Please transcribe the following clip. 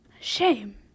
shame